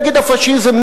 נגד הפאשיזם,